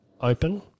open